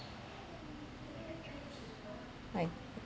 I